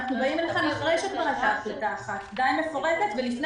אנחנו באים אליכם אחרי שכבר הייתה החלטה אחת מפורטת למדי ולפני